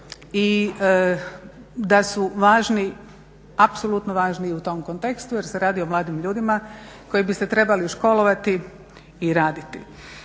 i da su važni, apsolutno važni u tom kontekstu jer se radi o mladim ljudima koji bi se trebali školovati i raditi.